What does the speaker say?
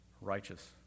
righteous